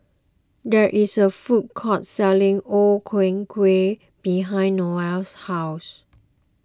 there is a food court selling O Ku Kueh behind Noel's house